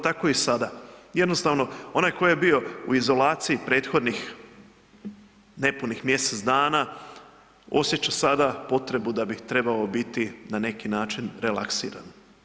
Tako i sada, jednostavno onaj tko je bio u izolaciji prethodnih nepunih mjesec dana osjeća sada potrebu da bi trebao biti na neki način relaksiran.